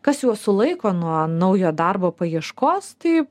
kas juos sulaiko nuo naujo darbo paieškos tai